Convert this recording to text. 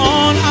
on